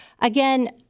again